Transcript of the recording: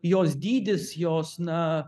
jos dydis jos na